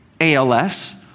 ALS